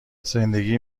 زندگی